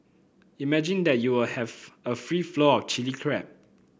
imagine that you will have a free flow of Chilli Crab